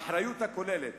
האחריות הכוללת